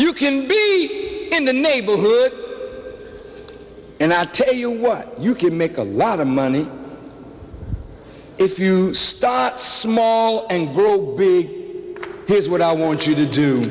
you can be in the neighborhood and i tell you what you can make a lot of money if you start small and grew big here's what i want you to do